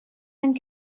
and